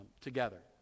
together